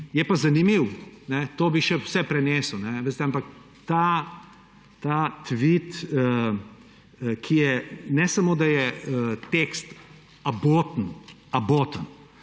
Je pa zanimivo, to bi še vse prenesel, veste, ampak ta tvit; ne samo da je tekst aboten, ampak